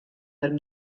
dêr